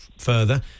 further